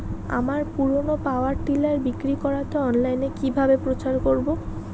আমার পুরনো power tiller বিক্রি করাতে অনলাইনে কিভাবে প্রচার করব?